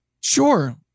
sure